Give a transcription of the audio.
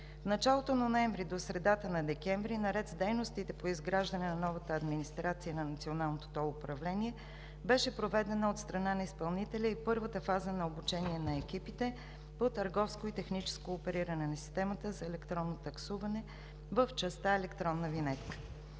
началото на месец ноември до средата на месец декември, наред с дейностите по изграждане на новата администрация на Националното тол управление, беше проведена от страна на изпълнителя и първата фаза на обучение на екипите по търговско и техническо опериране на системата за електронно таксуване в частта електронна винетка.